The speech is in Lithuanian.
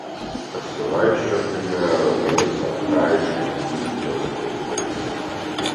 pasivaikščiokime ramiais archaiškais dzūkijos kaimais